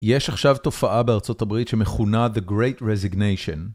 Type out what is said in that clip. יש עכשיו תופעה בארצות הברית שמכונה The Great Resignation.